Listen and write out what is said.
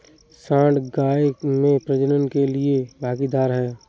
सांड गाय में प्रजनन के लिए भागीदार है